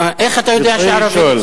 איך אתה יודע שערבי נצפה?